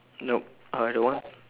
nope I don't want